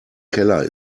keller